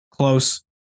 Close